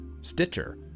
Stitcher